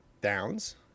downs